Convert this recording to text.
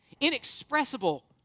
inexpressible